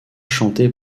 chantée